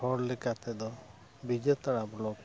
ᱦᱚᱲ ᱞᱮᱠᱟ ᱛᱮᱫᱚ ᱵᱤᱡᱮᱛᱟᱲᱟ ᱵᱞᱚᱠ